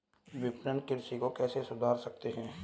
विपणन कृषि को कैसे सुधार सकते हैं?